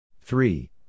Three